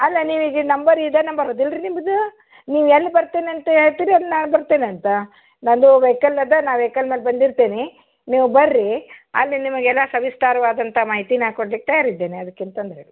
ಅಲ್ಲ ನೀವು ಈಗ ಈ ನಂಬರ್ ಇದೇ ನಂಬರ್ ಹೌದಲ್ರೀ ನಿಮ್ಮದು ನೀವು ಎಲ್ಲಿ ಬರ್ತೀನಂತ ಹೇಳ್ತೀರಿ ಅಲ್ಲಿ ನಾನು ಬರ್ತೇನಂತ ನನ್ನದು ವೆಯ್ಕಲ್ ಇದೆ ನಾನು ವೆಯ್ಕಲ್ನಲ್ಲಿ ಬಂದಿರ್ತೇನೆ ನೀವು ಬನ್ರಿ ಅಲ್ಲಿ ನಿಮಗೆ ಎಲ್ಲ ಸವಿಸ್ತಾರವಾದಂಥ ಮಾಹಿತಿ ನಾನು ಕೊಡ್ಲಿಕ್ಕೆ ತಯಾರಿದ್ದೇನೆ ಅದಕ್ಕೇನು ತೊಂದ್ರೆ ಇಲ್ಲ